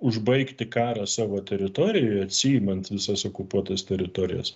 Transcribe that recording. užbaigti karą savo teritorijoj atsiimant visas okupuotas teritorijas